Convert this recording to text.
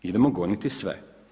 Idemo goniti sve.